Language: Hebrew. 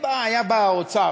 אם היה בא האוצר,